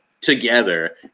together